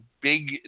big